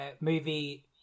movie